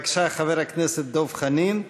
בבקשה, חבר הכנסת דב חנין,